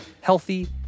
healthy